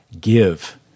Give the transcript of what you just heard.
give